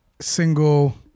single